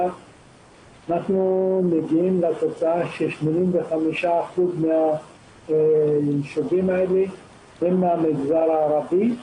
אנחנו מגיעים לתוצאה ש-85% מן היישובים האלה הם מן המגזר הערבי.